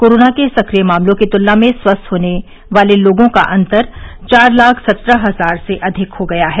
corona के सक्रिय मामलों की तुलना में स्वस्थ होने का अंतर चार लाख सत्रह हजार से अधिक हो गया है